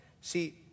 see